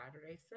Saturday